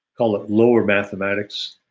call it lower mathematics.